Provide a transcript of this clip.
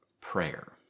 prayer